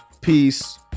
Peace